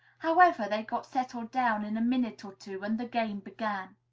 however, they got settled down in a minute or two, and the game began.